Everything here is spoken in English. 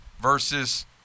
versus